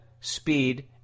speed